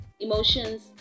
emotions